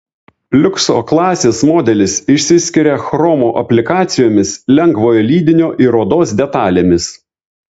liukso klasės modelis išsiskiria chromo aplikacijomis lengvojo lydinio ir odos detalėmis